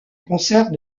concert